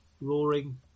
roaring